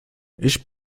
ich